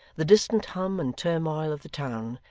the distant hum and turmoil of the town,